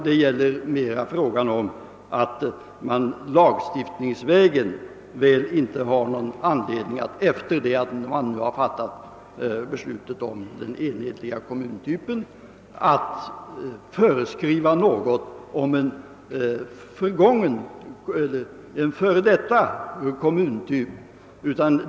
Här gäller frågan om man lagstiftningsvägen har någon anledning att, efter det att man fattat beslutet om den enhetliga kommuntypen, föreskriva något om en före detta kommuntyp.